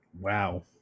Wow